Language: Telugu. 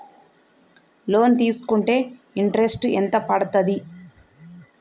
లోన్ తీస్కుంటే ఇంట్రెస్ట్ ఎంత పడ్తది?